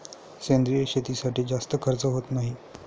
सेंद्रिय शेतीसाठी जास्त खर्च होत नाही